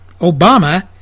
Obama